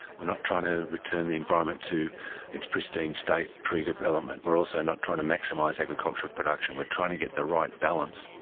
we're not trying to return the environment to its pristine state predevelopment, we're also not trying to maximise agricultural production, we're trying to get the right balance.